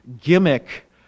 gimmick